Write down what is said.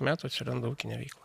metų atsiranda ūkinė veikla